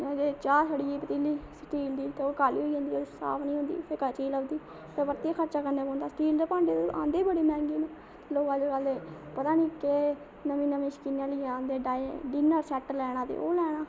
जे चाह् सड़ी गेई पतीली स्टील दी ते ओह् काली होई जन्दी साफ निं होंदी ते क'च्ची लभदी ते परतियै खर्चा करना पौंदा स्टील दे भांडे आंदे बड़े मैह्ंगे न लोग अज्ज्कल पता निं केह् नमें नमें स्टीलां दियां ते डिनर सेट लेना ते ओह् लैना